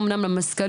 זה יהיה אמנם במסקנות,